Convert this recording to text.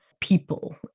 people